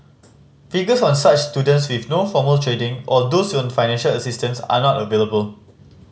figures on such students with no formal trading or those on financial assistance are not available